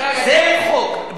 זה חוק.